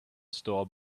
store